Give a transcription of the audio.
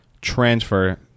transfer